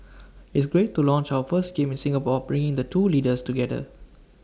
it's great to launch our first game in Singapore bringing the two leaders together